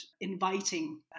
inviting